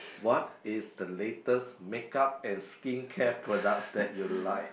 what is the latest makeup and skincare products that you like